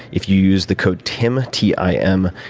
if you use the code tim, t i m,